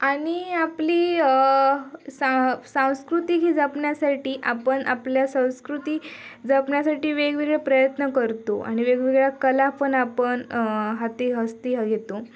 आणि आपली सा संस्कृती ही जपण्यासाठी आपण आपल्या संस्कृती जपण्यासाठी वेगवेगळे प्रयत्न करतो आणि वेगवेगळ्या कला पण आपण हाती हस्ती ह घेतो